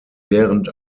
während